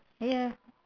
ya